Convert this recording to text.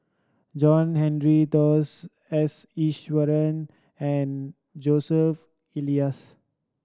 John Henry Dos S Iswaran and Joseph Elias